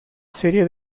serie